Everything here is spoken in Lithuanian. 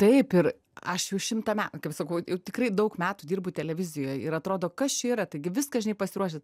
taip ir aš jau šimtą kaip sakau jau tikrai daug metų dirbu televizijoj ir atrodo kas čia yra taigi viską žinai pasiruošęs